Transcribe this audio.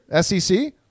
SEC